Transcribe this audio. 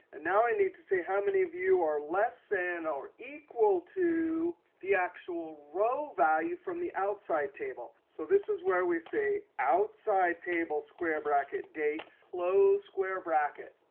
and now i need to say how many of you are less than and or equal to the actual row value from the outside table. so this is where we say, outside table, square bracket, date, close square bracket.